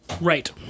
Right